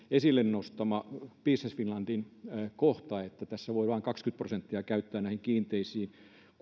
esille business finlandin kohdan että tässä voi vain kaksikymmentä prosenttia käyttää näihin kiinteisiin